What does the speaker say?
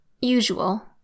Usual